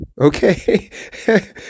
Okay